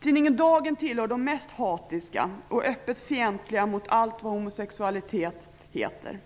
Tidningen Dagen tillhör de mest hatiska och öppet fientliga mot allt vad homosexualitet heter.